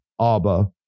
Abba